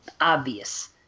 obvious